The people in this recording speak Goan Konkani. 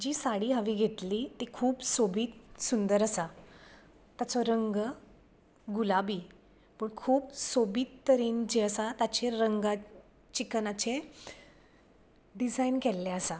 जी साडी हावें घेतली ती खूब सोबीत सुंदर आसा ताचो रंग गुलाबी पूण खूब सोबीत तरेन जी आसा ताचेर रंगाचें चिकनाचें डिजायन केल्ले आसा